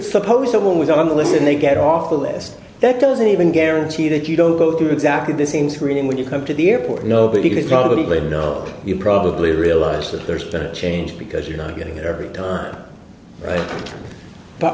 suppose someone was on the list and they get off the list that doesn't even guarantee that you don't go through exactly the same screen when you come to the airport nobody could probably know you probably realize that there's been a change because you're not getting it every time